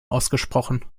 ausgesprochen